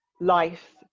life